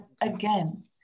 again